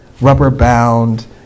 rubber-bound